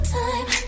time